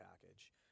Package